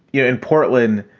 yeah in portland,